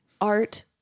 art